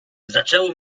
zaczęło